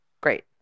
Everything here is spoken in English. Great